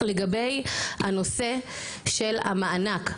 לגבי הנושא של המענק,